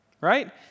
Right